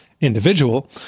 individual